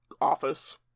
office